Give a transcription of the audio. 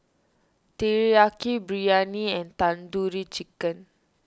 Teriyaki Biryani and Tandoori Chicken